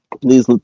please